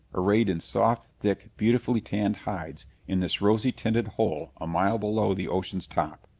arrayed in soft, thick, beautifully tanned hides in this rosy tinted hole a mile below the ocean's top.